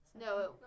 No